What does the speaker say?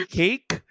cake